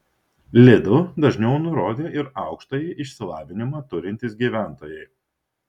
lidl dažniau nurodė ir aukštąjį išsilavinimą turintys gyventojai